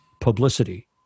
publicity